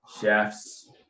chefs